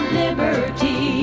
liberty